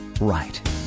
right